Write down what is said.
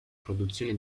produzione